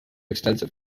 extensive